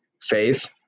faith